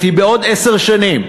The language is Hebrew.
כי בעוד עשר שנים,